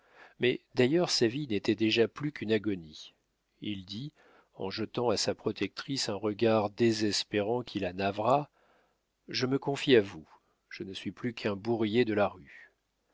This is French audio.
mais d'ailleurs sa vie n'était déjà plus qu'une agonie il dit en jetant à sa protectrice un regard désespérant qui la navra je me confie à vous je ne suis plus qu'un bourrier de la rue